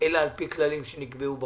אלא על פי כללים שנקבעו בחוק.